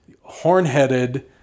horn-headed